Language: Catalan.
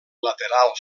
lateral